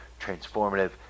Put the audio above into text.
transformative